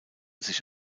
sich